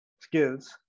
skills